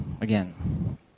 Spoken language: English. again